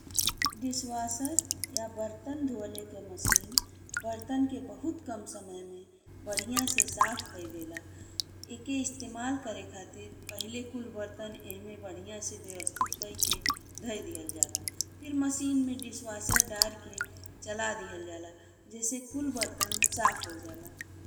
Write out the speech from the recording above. Dishwasher या बर्तन धोअले के मशीन बर्तन के बहुत कम समय में बढ़िया से साफ कइ देला। एके इस्तेमाल करे खातिर पहिले कुल बर्तन एमे बढ़िया से व्यवस्थित कइ के धइ दिहल जाला। फिर मशीन में डिशवॉशर डारि के चला दिहल जाला जी से कुल बर्तन साफ हो जाला।